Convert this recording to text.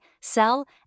sell